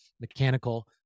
Mechanical